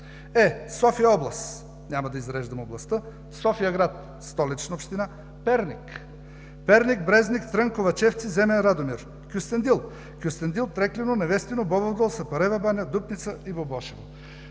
София-област – няма да изреждам областта; София-град – Столична община; Перник – Брезник, Трън, Ковачевци, Земен, Радомир; Кюстендил – Кюстендил, Трекляно, Невестино, Бобов дол, Сапарева баня, Дупница и Бобошево.